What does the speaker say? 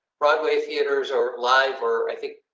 broadway theaters or live, or i think.